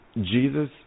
Jesus